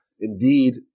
indeed